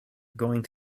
going